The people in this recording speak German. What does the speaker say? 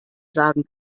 sagen